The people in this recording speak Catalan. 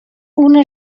una